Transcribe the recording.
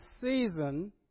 season